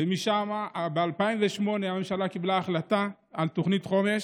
ומשם, ב-2008, הממשלה קיבלה החלטה על תוכנית חומש.